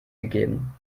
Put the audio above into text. gegeben